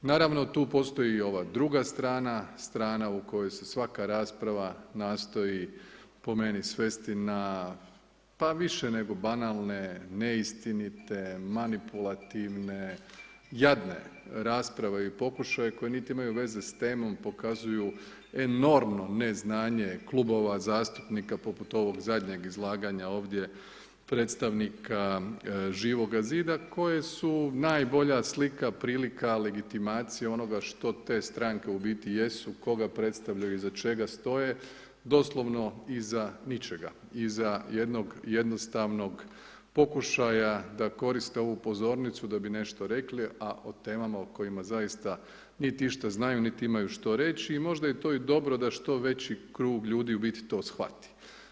Naravno tu postoji i ova druga strana, strana u kojoj se svaka rasprava nastoji po meni svesti na pa više nego banalne, neistinite, manipulativne, jadne rasprave ili pokušaja koji niti imaju veze s temom pokazuju enormno neznanje klubova zastupnika poput ovog zadnjeg izlaganja ovdje predstavnika Živoga zida, koji su najbolja slika, prilika, legitimacija, onoga što te stranke u biti jesu, koga predstavljaju i iza čega stoje, doslovno iza ničega, iza jednog jednostavnog pokušaja, da koriste ovu pozornicu, da bi nešto rekli, a o temama, o kojima zaista niti išta znaju, niti imaju što reći, i možda je to i dobro, da što veći krug ljudi u biti to shvati.